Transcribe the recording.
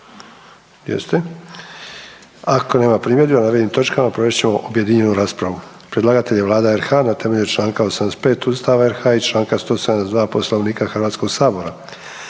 Ako nema primjedbi o navedenim točkama, provest ćemo objedinjenu raspravu. Predlagatelj je Vlada RH na temelju čl. 85. Ustava RH i čl. 172. Poslovnika Hrvatskoga sabora.